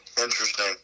Interesting